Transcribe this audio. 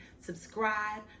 subscribe